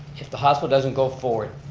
if the hospital doesn't go forward,